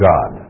God